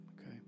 Okay